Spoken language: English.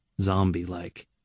zombie-like